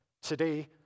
Today